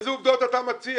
איזה עובדות אתה מציע?